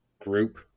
group